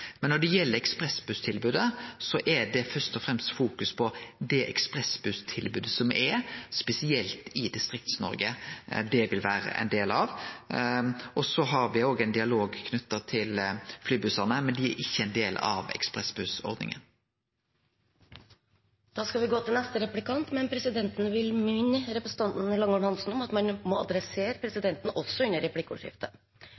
Når det gjeld ekspressbusstilbodet, er det først og fremst fokus på det ekspressbusstilbodet som er spesielt i Distrikts-Noreg det vil vere ein del av. Me har òg ein dialog knytt til flybussane, men dei er ikkje ein del av ekspressbussordninga. Da skal vi gå til neste replikant, men presidenten vil minne representanten Langholm Hansen om at man må adressere